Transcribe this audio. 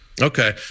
Okay